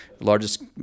Largest